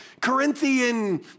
Corinthian